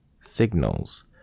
signals